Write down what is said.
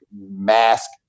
mask